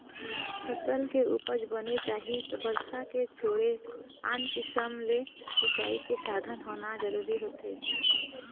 फसल के उपज बने चाही त बरसा के छोड़े आन किसम ले सिंचई के साधन होना जरूरी होथे